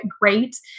great